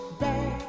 back